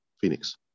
Phoenix